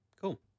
cool